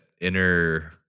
inner